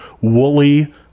Wooly